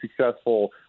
successful